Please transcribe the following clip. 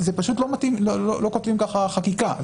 זה לא מתאים, לא כותבים ככה חקיקה.